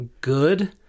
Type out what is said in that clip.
good